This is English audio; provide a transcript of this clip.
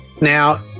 Now